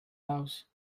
house